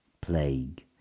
plague